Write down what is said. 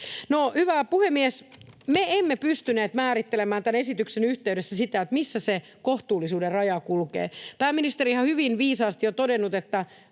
Hyvä puhemies! Me emme pystyneet määrittelemään tämän esityksen yhteydessä sitä, missä se kohtuullisuuden raja kulkee. Pääministerihän on hyvin viisaasti todennut, että